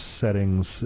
settings